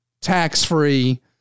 tax-free